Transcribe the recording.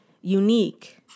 unique